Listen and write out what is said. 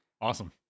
Awesome